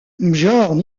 björn